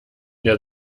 der